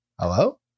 Hello